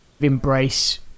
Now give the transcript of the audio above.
embrace